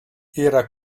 era